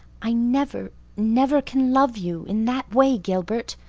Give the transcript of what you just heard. i never, never can love you in that way gilbert.